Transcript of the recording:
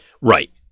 Right